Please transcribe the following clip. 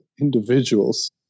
individuals